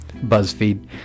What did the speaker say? BuzzFeed